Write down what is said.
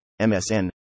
MSN